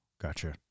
gotcha